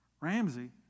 Ramsey